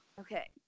Okay